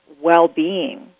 well-being